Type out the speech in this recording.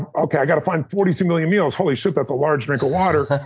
okay, i've got to find forty two million meals. holy shit, that's a large drink water.